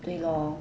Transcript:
对 lor